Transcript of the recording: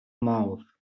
mouth